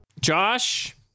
Josh